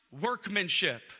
workmanship